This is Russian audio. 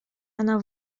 она